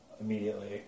immediately